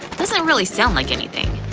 doesn't really sound like anything.